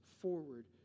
forward